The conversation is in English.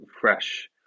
fresh